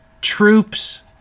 troops